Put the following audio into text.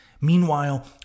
Meanwhile